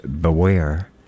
Beware